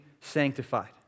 sanctified